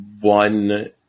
one